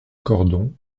cordon